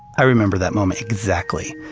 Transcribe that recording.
i remember that moment exactly,